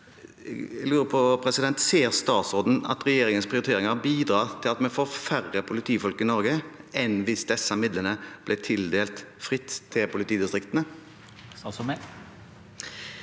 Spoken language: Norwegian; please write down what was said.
Ser statsråden at regjeringens prioriteringer bidrar til at vi får færre politifolk i Norge enn hvis disse midlene ble tildelt fritt til politidistriktene?